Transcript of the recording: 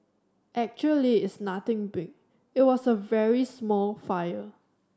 actually it's nothing big it was a very small fire